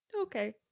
Okay